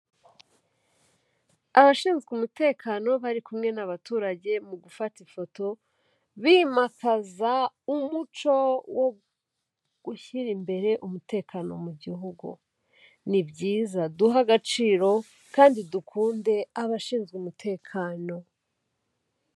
Abashinzwe umutekano bari kumwe n'abaturage mu gufata ifoto, bimakaza umuco wo gushyira imbere umutekano mu Gihugu, ni byiza duhe agaciro kandi dukunde abashinzwe umutekano.